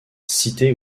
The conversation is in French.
cité